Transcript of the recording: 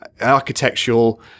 architectural